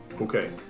okay